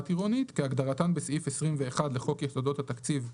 עירונית כהגדרתן בסעיף 21 לחוק יסודות התקציב,